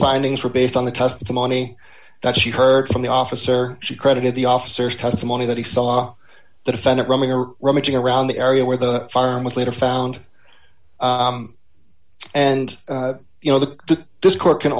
findings were based on the testimony that she heard from the officer she credited the officers testimony that he saw the defendant rominger rummaging around the area where the firearm was later found and you know that this court can